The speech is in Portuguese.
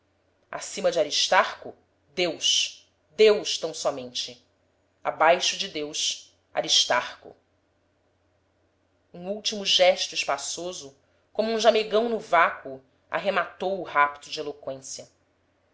acima de aristarco deus deus tão-somente abaixo de deus aristarco um último gesto espaçoso como um jamegão no vácuo arrematou o rapto de eloqüência